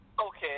Okay